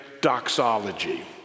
doxology